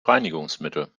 reinigungsmittel